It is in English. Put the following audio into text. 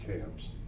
camps